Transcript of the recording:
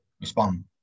respond